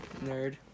nerd